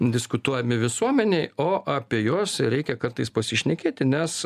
diskutuojami visuomenėj o apie juos reikia kartais pasišnekėti nes